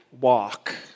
walk